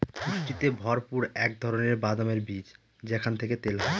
পুষ্টিতে ভরপুর এক ধরনের বাদামের বীজ যেখান থেকে তেল হয়